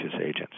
agents